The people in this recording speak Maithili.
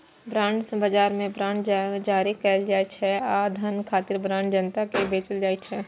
बांड बाजार मे बांड जारी कैल जाइ छै आ धन खातिर बांड जनता कें बेचल जाइ छै